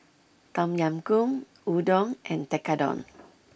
Tom Yam Goong Udon and Tekkadon